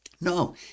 No